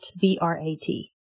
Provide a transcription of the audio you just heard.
B-R-A-T